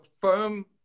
firm